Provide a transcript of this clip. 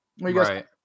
Right